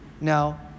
now